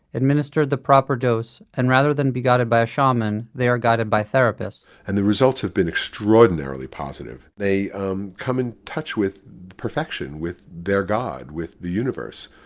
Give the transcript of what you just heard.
administered the proper dose, and rather than being guided by a shaman, they are guided by therapists and the results have been extraordinarily positive. they um come in touch with perfection, with their god, with the universe,